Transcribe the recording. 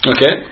Okay